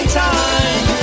time